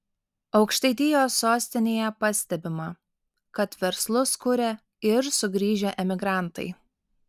aukštaitijos sostinėje pastebima kad verslus kuria ir sugrįžę emigrantai